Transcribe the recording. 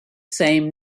same